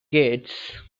gates